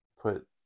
put